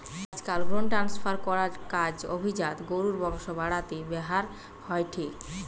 আজকাল ভ্রুন ট্রান্সফার করার কাজ অভিজাত গরুর বংশ বাড়াতে ব্যাভার হয়ঠে